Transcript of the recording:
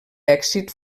èxit